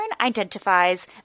identifies